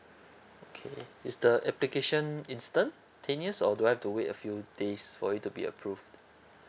okay is the application instantaneous do I have to wait a few days for it to be approved